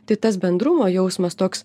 tai tas bendrumo jausmas toks